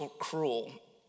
cruel